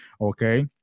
okay